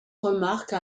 remarque